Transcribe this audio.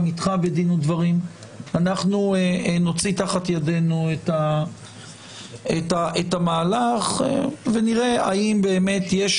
אנחנו נוציא תחת ידינו את המהלך ונראה האם באמת יש